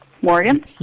Morgan